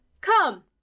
Come